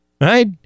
Right